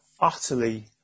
utterly